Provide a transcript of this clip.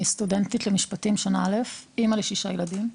אני סטודנטית למשפטים שנה א', אימא ל-6 ילדים.